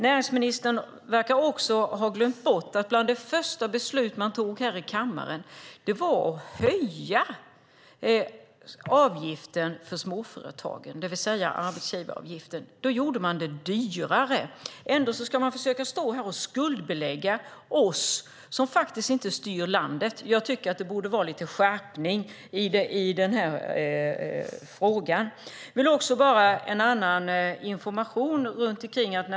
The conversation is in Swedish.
Näringsministern verkar också ha glömt bort att ett av de första beslut man fattade här i kammaren var att höja avgiften för småföretagen, det vill säga arbetsgivaravgiften. Då gjorde man det dyrare. Ändå ska man försöka stå här och skuldbelägga oss som inte styr landet. Det borde vara lite skärpning i den frågan. Jag har också en annan information.